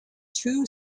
two